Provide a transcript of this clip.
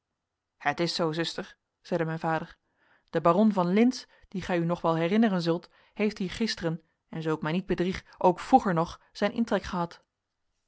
het is zoo zuster zeide mijn vader de baron van lintz dien gij u nog wel herinneren zult heeft hier gisteren en zoo ik mij niet bedrieg ook vroeger nog zijn intrek gehad